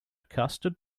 custard